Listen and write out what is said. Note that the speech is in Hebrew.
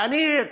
ואני,